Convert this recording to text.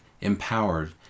empowered